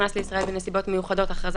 שנכנס לישראל בנסיבות מיוחדות) (מס'